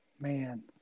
man